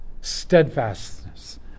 steadfastness